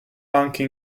anche